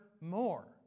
more